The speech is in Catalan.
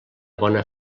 bona